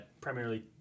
Primarily